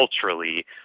culturally